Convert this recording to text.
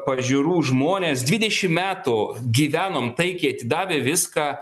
pažiūrų žmonės dvidešim metų gyvenom taikiai atidavę viską